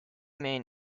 main